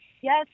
yes